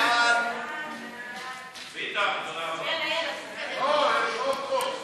חוק חובת